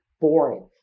boring